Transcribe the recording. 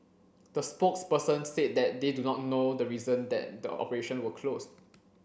the spokesperson said that they do not know the reason that the operations were closed